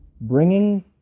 bringing